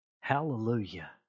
Hallelujah